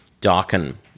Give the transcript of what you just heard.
darken